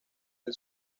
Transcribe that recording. del